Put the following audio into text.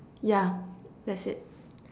yeah that's it